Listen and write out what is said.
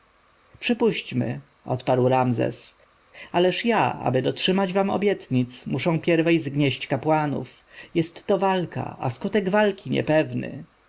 przypuśćmy odparł ramzes ależ ja aby dotrzymać wam obietnic muszę pierwej zgnieść kapłanów jest to walka a skutek walki niepewny